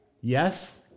Yes